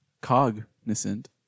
Cognizant